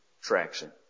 traction